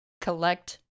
collect